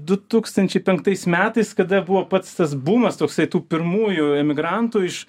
du tūkstančiai penktais metais kada buvo pats tas bumas toksai tų pirmųjų emigrantų iš